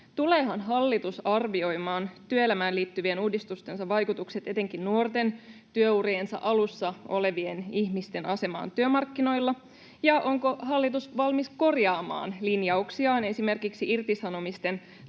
Tuleehan hallitus arvioimaan työelämään liittyvien uudistustensa vaikutukset etenkin nuorten, työuriensa alussa olevien ihmisten asemaan työmarkkinoilla? Ja onko hallitus valmis korjaamaan linjauksiaan esimerkiksi irtisanomisten